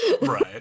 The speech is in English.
Right